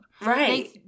Right